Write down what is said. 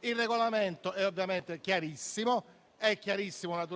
il Regolamento è chiarissimo, come è chiarissimo